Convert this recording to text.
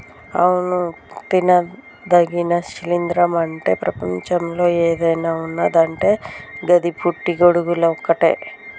అవును తినదగిన శిలీంద్రం అంటు ప్రపంచంలో ఏదన్న ఉన్నదంటే గది పుట్టి గొడుగులు ఒక్కటే